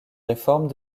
réformes